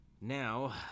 Now